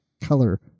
color